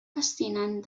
fascinant